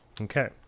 Okay